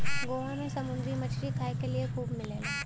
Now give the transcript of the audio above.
गोवा में समुंदरी मछरी खाए के लिए खूब मिलेला